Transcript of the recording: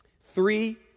Three